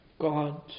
God